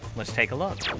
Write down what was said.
let's take a look.